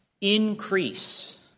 increase